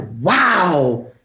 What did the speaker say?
wow